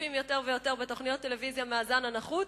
צופים יותר ויותר בתוכניות טלוויזיה מהזן הנחות,